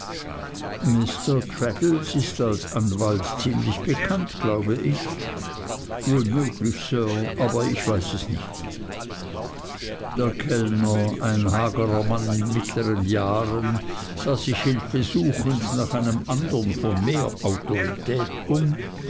mr traddles ist als advokat ziemlich bekannt glaube ich wohl möglich sir aber ich weiß es nicht der kellner ein hagerer mann in mittleren jahren sah sich hilfesuchend nach einem andern von mehr autorität um